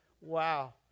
Wow